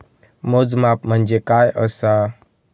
मोजमाप म्हणजे काय असा?